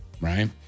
right